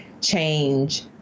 change